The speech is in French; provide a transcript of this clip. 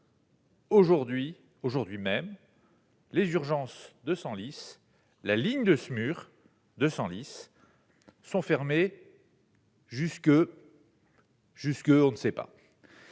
aujourd'hui même, les urgences de Senlis, la ligne de ce mur de Senlis sont fermés. Jusque. Jusque, on ne sait pas